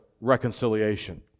reconciliation